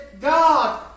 God